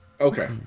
Okay